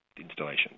installations